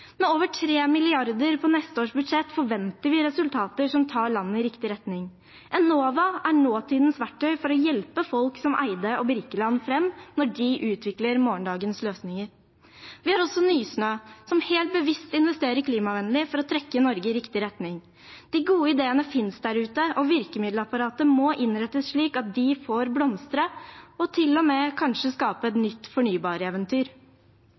Med over 3 mrd. kr på neste års budsjett forventer vi resultater som tar landet i riktig retning. Enova er nåtidens verktøy for å hjelpe folk som Eyde og Birkeland fram når de utvikler morgendagens løsninger. Vi har også Nysnø, som helt bevisst investerer klimavennlig for å trekke Norge i riktig retning. De gode ideene finnes der ute, og virkemiddelapparatet må innrettes slik at de får blomstre og til og med kanskje skape et nytt fornybareventyr.